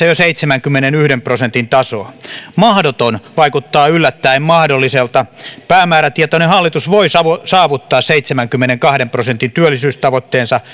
jo seitsemänkymmenenyhden prosentin tasoa mahdoton vaikuttaa yllättäen mahdolliselta päämäärätietoinen hallitus voi saavuttaa saavuttaa seitsemänkymmenenkahden prosentin työllisyystavoitteensa